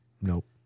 nope